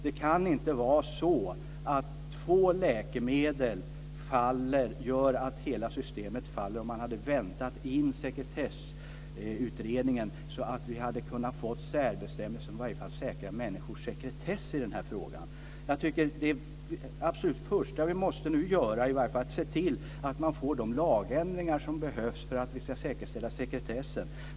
Det kan inte vara så att två läkemedel gör så att hela systemet faller. Man kunde ha väntat in sekretessutredningen så att vi hade kunnat få in särbestämmelser och i alla fall säkra människors sekretess i den här frågan. Jag tycker att det absolut första vi nu måste göra är att se till att få de lagändringar som behövs för att säkerställa sekretessen.